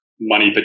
money